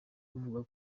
avuga